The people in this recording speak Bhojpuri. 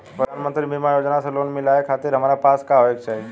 प्रधानमंत्री मुद्रा योजना से लोन मिलोए खातिर हमरा पास का होए के चाही?